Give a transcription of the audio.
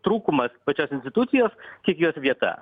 trūkumas pačios institucijos kiek jos vieta